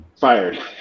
Fired